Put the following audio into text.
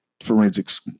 forensics